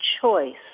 choice